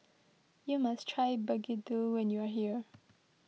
you must try Begedil when you are here